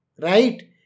Right